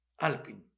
Alpin